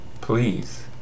please